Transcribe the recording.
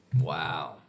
Wow